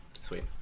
Sweet